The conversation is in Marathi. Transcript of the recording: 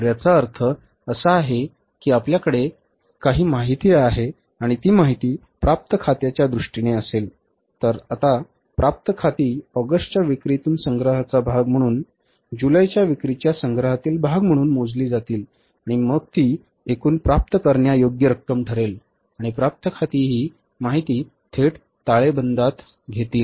तर याचा अर्थ असा आहे की आपल्याकडे काही माहिती आहे आणि ती माहिती प्राप्त खात्यांच्या दृष्टीने असेल तर आता प्राप्य खाती ऑगस्टच्या विक्रीतील संग्रहाचा भाग म्हणून जुलैच्या विक्रीच्या संग्रहातील भाग म्हणून मोजली जातील आणि मग ती एकूण प्राप्य करण्यायोग्य रक्कम ठरेल आणि प्राप्य खाती ती माहिती थेट ताळेबंदात घेतील